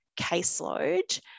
caseload